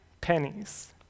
pennies